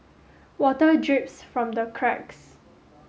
water drips from the cracks